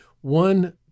one